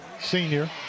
senior